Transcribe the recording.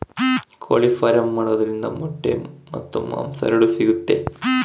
ಕೋಳಿ ಫಾರ್ಮ್ ಮಾಡೋದ್ರಿಂದ ಮೊಟ್ಟೆ ಮತ್ತು ಮಾಂಸ ಎರಡು ಸಿಗುತ್ತೆ